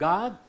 God